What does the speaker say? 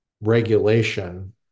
regulation